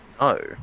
No